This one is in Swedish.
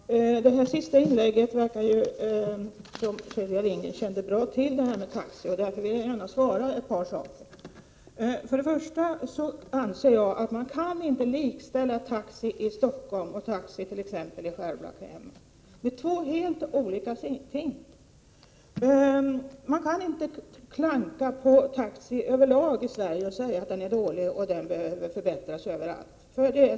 Fru talman! Av detta sista inlägg verkar det som om Sylvia Lindgren mycket bra känner till taxiverksamheten. Därför vill jag gärna svara på ett par punkter. För det första anser jag att man inte kan likställa taxi i Stockholm och taxii Prot. 1987/88:94 t.ex. Skärblacka. Det är två helt olika ting. Man kan inte klanka på taxi över — 6 april 1988 lag i Sverige och säga att taxiverksamheten är dålig och behöver förbättras överallt.